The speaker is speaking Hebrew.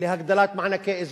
להגדלת מענקי איזון,